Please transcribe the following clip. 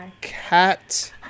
cat